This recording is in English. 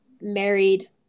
married